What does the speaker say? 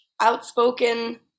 outspoken